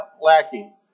lacking